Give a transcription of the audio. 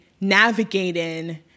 navigating